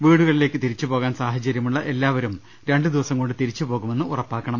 വീടുകളിലേക്ക് തിരിച്ചുപോകാൻ സാഹചരൃമുള്ള എല്ലാവരും രണ്ടുദിവസം കൊണ്ട് തിരിച്ചുപോകുമെന്ന് ഉറ പ്പാക്കണം